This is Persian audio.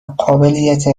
قابلیت